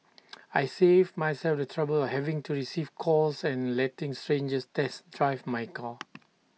I saved myself the trouble of having to receive calls and letting strangers test drive my car